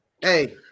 Hey